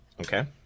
Okay